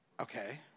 Okay